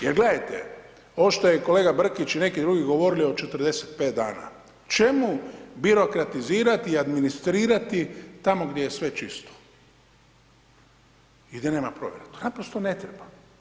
Jer gledajte ovo što je kolega Brkić i neki drugi govorili o 45 dana, čemu birokratizirati i administrirati tamo gdje je sve čisto i gdje nema provjere, to naprosto ne treba.